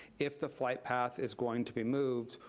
if the flight path is going to be moved,